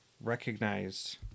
recognized